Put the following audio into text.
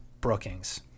Brookings